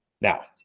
Now